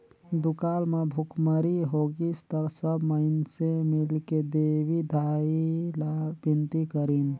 दुकाल म भुखमरी होगिस त सब माइनसे मिलके देवी दाई ला बिनती करिन